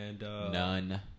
None